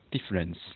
difference